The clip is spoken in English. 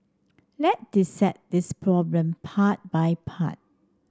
let dissect this problem part by part